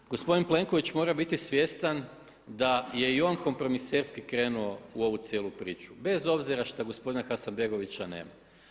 Ali gospodin Plenković mora biti svjestan da je i on kompromiserski krenuo u ovu cijelu priču, bez obzira što gospodina Hasanbegovića nema.